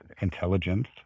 intelligence